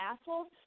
assholes